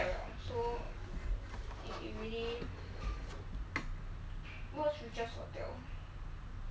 the thing is 妹妹 you need to have that money first because you might dare to roam but doesn't mean that you have the money to do it you know